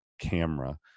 camera